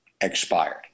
expired